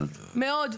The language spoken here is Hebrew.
מאוד.